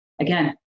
again